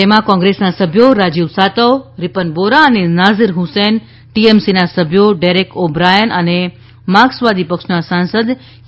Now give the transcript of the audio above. તેમાં કોંગ્રેસના સભ્યો રાજીવ સાતવ રિપન બોરા અને નાઝિર હ્સેન ટીએમસીના સભ્યો ડેરેક ઓ બ્રાયાન અને માર્ક્સવાદી પક્ષના સાંસદ કે